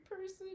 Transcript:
person